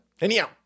Anyhow